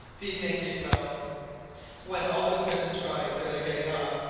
bethink yourself when all was cut and dried for their getting off,